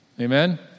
Amen